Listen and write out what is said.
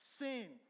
sin